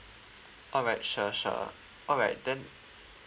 alright sure sure alright then